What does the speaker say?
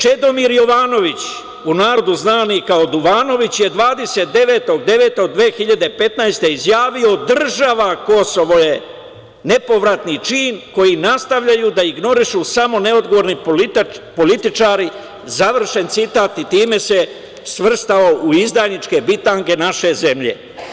Čedomir Jovanović, u narodu znani kao "duvanović" je 29. 9. 2015. izjavio: "Država Kosovo je nepovratni čin koji nastavljaju da ignorišu samo neodgovorni političari", završen citat, i time se svrstao u izdajničke bitange naše zemlje.